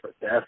death